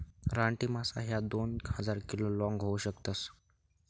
रानटी मासा ह्या दोन हजार किलो लोंग होऊ शकतस